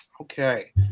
Okay